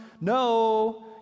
no